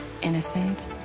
innocent